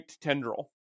tendril